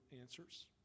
answers